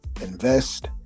invest